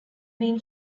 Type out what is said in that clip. been